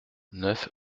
neuf